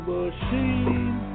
machine